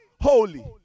Holy